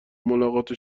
ملاقات